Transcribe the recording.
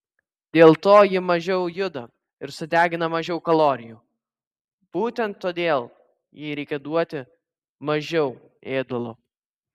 dėl to ji mažiau juda ir sudegina mažiau kalorijų būtent todėl jai reikia duoti mažiau ėdalo